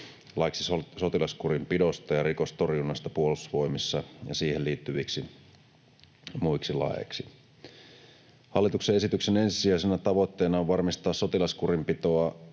laiksi sotilaskurinpidosta ja rikostorjunnasta Puolustusvoimissa ja siihen liittyviksi muiksi laeiksi. Hallituksen esityksen ensisijaisena tavoitteena on varmistaa sotilaskurinpitoa